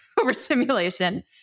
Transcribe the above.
overstimulation